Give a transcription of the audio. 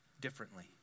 differently